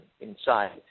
inside